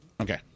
Okay